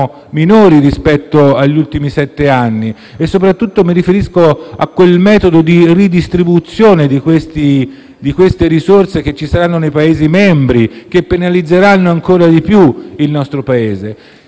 minori rispetto agli ultimi sette anni e soprattutto mi riferisco a quel metodo di redistribuzione di tali risorse che ci saranno nei Paesi membri, che penalizzeranno ancora di più il nostro Paese.